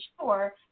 sure